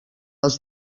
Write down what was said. els